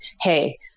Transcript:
hey